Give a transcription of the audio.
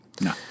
No